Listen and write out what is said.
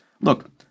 Look